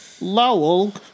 Lowell